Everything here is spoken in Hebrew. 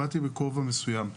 באתי בכובע מסוים.